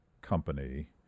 company